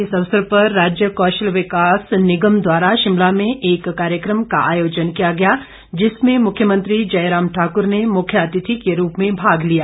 इस अवसर पर राज्य कौशल विकास निगम द्वारा शिमला में एक कार्यक्रम का आयोजन किया गया जिसमें मुख्यमंत्री जयराम ठाक्र ने मुख्यातिथि के रूप में भाग लिया